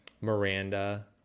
Miranda